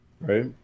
Right